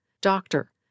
doctor